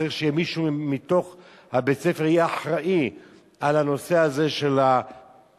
צריך שיהיה מישהו מתוך בית-הספר שיהיה אחראי לנושא הזה של האחזקה,